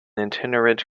itinerant